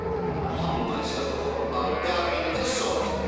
i will not humble myself before a barbarian of this sort.